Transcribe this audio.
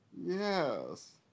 Yes